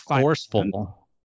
forceful